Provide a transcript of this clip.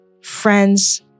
friends